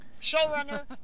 Showrunner